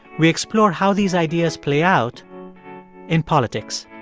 we explore how these ideas play out in politics